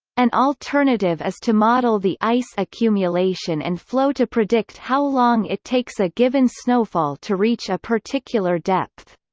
an alternative is to model the ice accumulation and flow to predict how long it takes a given snowfall to reach a particular depth.